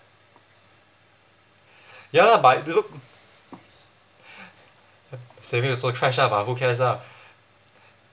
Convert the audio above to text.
ya lah but the look saving also crash ah but who cares lah